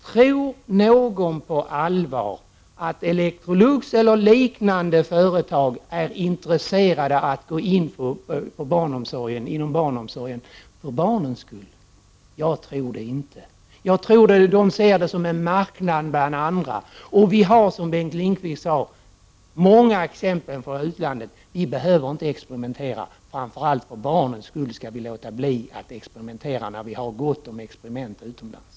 Tror någon på allvar att man på t.ex. Electrolux är intresserad av att arbeta med barnomsorg för barnens skull? Det tror i varje fall inte jag. I stället tror jag att man betraktar barnomsorgen som en marknad bland alla andra. Vi har, som Bengt Lindqvist sade, många exempel från utlandet. Vi behöver inte experimentera. Framför allt för barnens skull skall vi låta bli att göra det — i synnerhet som det, som sagt, finns gott om erfarenheter av experiment gjorda utomlands.